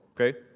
Okay